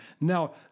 Now